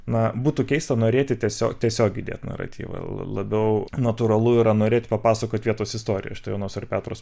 na būtų keista norėti tiesiog tiesiog įdėt naratyvą labiau natūralu yra norėt papasakot vietos istoriją štai vienos ar petras